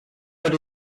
but